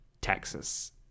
Texas